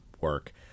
work